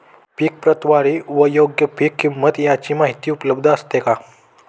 पीक प्रतवारी व योग्य पीक किंमत यांची माहिती उपलब्ध असते का?